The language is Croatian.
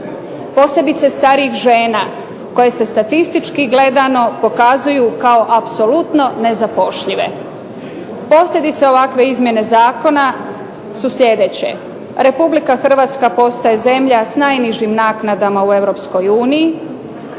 posebice starijih žena koje se statistički gledano pokazuju kao apsolutno nezapošljive. Posljedica ovakve izmjene zakona su sljedeće. Republika Hrvatska postaje zemlja s najnižim naknada u